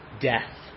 death